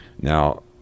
Now